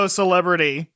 celebrity